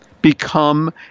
become